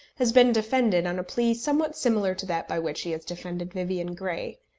has been defended on a plea somewhat similar to that by which he has defended vivian grey.